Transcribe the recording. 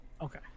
Okay